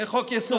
לחוק-יסוד.